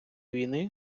війни